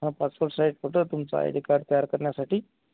हा passport size photo तुमचा I D card तयार करण्यासाठी